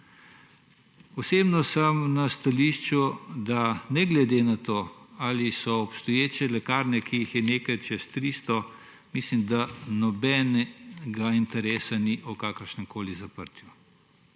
Osebno sem na stališču, da ne glede na to, ali so obstoječe lekarne, ki jih je nekaj čez 300, mislim, da nobenega interesa ni o kakršnemkoli zaprtju.